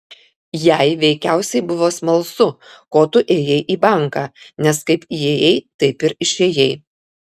jai veikiausiai buvo smalsu ko tu ėjai į banką nes kaip įėjai taip ir išėjai